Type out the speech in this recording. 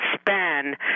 Span